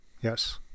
Yes